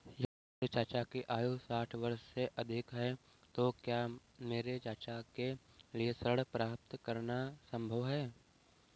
यदि मेरे चाचा की आयु साठ वर्ष से अधिक है तो क्या मेरे चाचा के लिए ऋण प्राप्त करना संभव होगा?